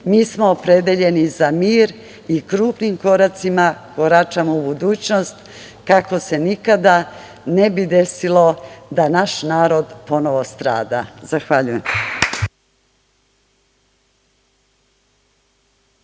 Mi smo opredeljeni za mir i krupnim koracima koračamo u budućnost, kako se nikada ne bi desilo da naš narod ponovo strada. Zahvaljujem.